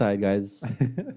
guys